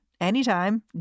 anytime